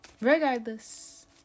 Regardless